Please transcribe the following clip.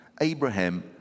Abraham